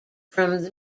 from